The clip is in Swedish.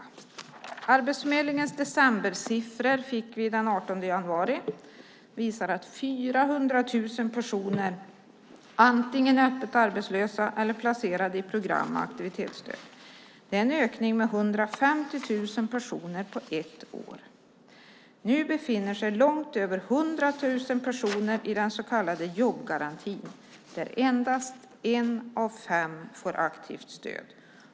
Vi fick Arbetsförmedlingens decembersiffror den 18 januari, och de visar att 400 000 personer antingen är öppet arbetslösa eller är placerade i program med aktivitetsstöd. Det är en ökning med 150 000 personer på ett år. Nu befinner sig långt över 100 000 personer i den så kallade jobbgarantin där endast en av fem får aktivt stöd.